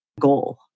goal